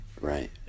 right